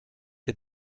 dir